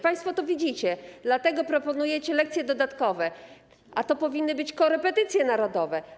Państwo to widzicie, dlatego proponujecie lekcje dodatkowe, a to powinny być korepetycje narodowe.